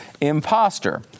imposter